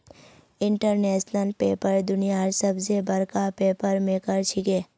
international Paper दुनियार सबस बडका पेपर मेकर छिके